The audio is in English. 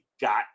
got